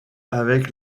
avec